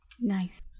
Nice